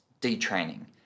detraining